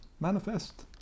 Manifest